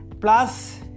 plus